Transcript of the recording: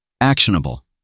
Actionable